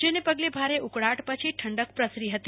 જેને પગલે ભારે ઉકળાટ પછી ઠંડક પ્રસરી હતી